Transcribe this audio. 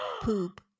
poop